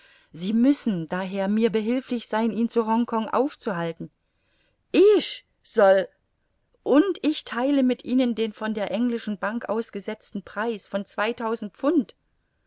sie müssen daher mir behilflich sein ihn zu hongkong aufzuhalten ich soll und ich theile mit ihnen den von der englischen bank ausgesetzten preis von zweitausend pfund